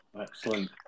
Excellent